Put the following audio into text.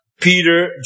Peter